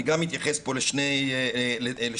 אני גם אתייחס פה לשני דברים.